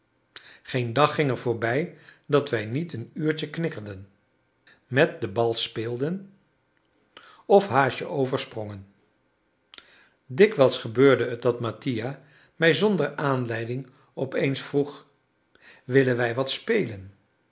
geen dag ging er voorbij dat wij niet een uurtje knikkerden met den bal speelden of haasje-over sprongen dikwijls gebeurde het dat mattia mij zonder aanleiding opeens vroeg willen wij wat spelen